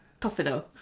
Tofino